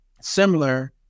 similar